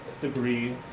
degree